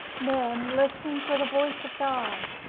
men listening for the voice of god,